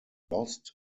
lost